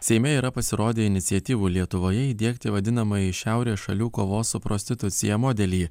seime yra pasirode iniciatyvų lietuvoje įdiegti vadinamąjį šiaurės šalių kovos su prostitucija modelį